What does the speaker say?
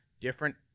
different